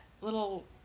little